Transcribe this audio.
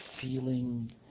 feeling